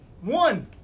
One